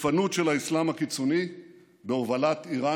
התוקפנות של האסלאם הקיצוני בהובלת איראן